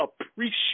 appreciate